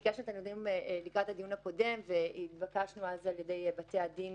ביקשנו את הנתונים לקראת הדיון הקודם והתבקשנו אז על ידי בתי הדין